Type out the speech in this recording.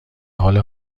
حال